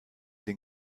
den